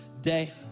Day